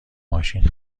ماشین